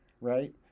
right